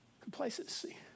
Complacency